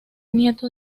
nieto